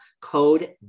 code